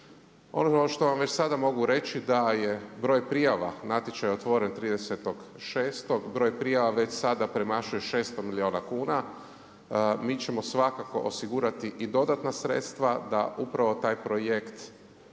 Ono što vam već sada mogu reći da je broj prijava, natječaj je otvoren 30.6. broj prijava već sada premašuje 600 milijuna kuna. Mi ćemo svakako osigurati i dodatna sredstva da upravo taj projekt